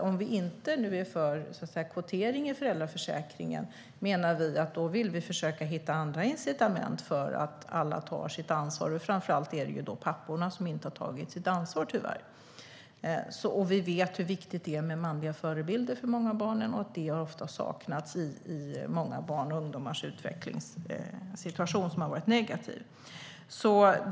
Om vi inte är för kvotering i föräldraförsäkringen vill vi försöka hitta andra incitament för att alla ska ta sitt ansvar. Framför allt är det ju tyvärr papporna som inte har tagit sitt ansvar. Vi vet hur viktigt det är med manliga förebilder för många av barnen, och det har ofta saknats i många barns och ungdomars utvecklingssituation när den har varit negativ.